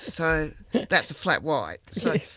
so that's a flat white. so